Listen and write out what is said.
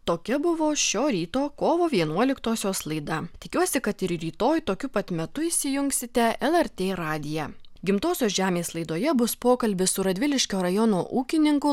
tokia buvo šio ryto kovo vienuoliktosios laida tikiuosi kad ir rytoj tokiu pat metu įsijungsite lrt radiją gimtosios žemės laidoje bus pokalbis su radviliškio rajono ūkininku